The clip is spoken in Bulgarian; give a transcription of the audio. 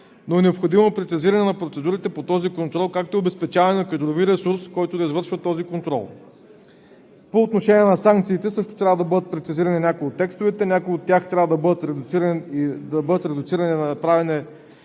но е необходимо прецизиране на процедурите по този контрол, както и обезпечаване на кадровия ресурс, който да извършва този контрол. По отношение на санкциите също трябва да бъдат прецизирани някои от текстовете. Някои от тях трябва да бъдат редуцирани – направени